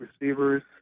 receivers